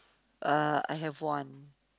uh I have one